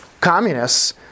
communists